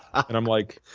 and i'm like,